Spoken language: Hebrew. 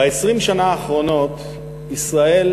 ב-20 השנים האחרונות ישראל,